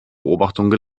beobachtungen